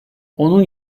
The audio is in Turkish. onun